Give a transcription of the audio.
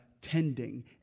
tending